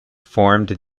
formed